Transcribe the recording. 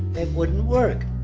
it wouldn't work.